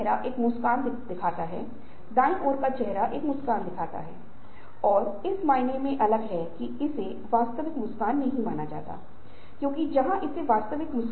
और ये कुछ बदलाव प्रबंधन मॉडल हैं जो मैंने दिए हैं जिन पर मैं विस्तार से चर्चा नहीं करने जा रहा हूं क्योंकि ये बाद में उसी भागों में आएंगे